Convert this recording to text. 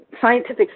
scientific